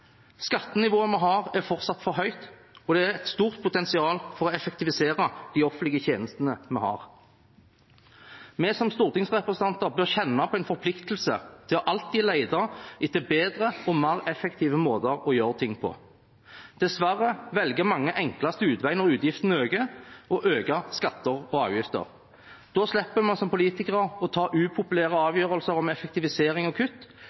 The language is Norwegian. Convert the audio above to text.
Skattenivået vi har, er fortsatt for høyt, og det er et stort potensial for å effektivisere de offentlige tjenestene vi har. Vi som stortingsrepresentanter bør kjenne på en forpliktelse til alltid å lete etter bedre og mer effektive måter å gjøre ting på. Dessverre velger mange den enkleste utveien når utgiftene øker: Man øker skatter og avgifter. Da slipper vi som politikere å ta upopulære avgjørelser om effektivisering og kutt,